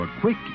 quick